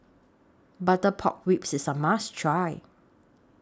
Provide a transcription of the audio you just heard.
Butter Pork Ribs IS A must Try